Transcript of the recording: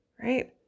right